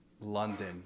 London